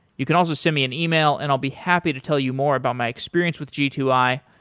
you can also send me an email and i'll be happy to tell you more about my experience with g two i.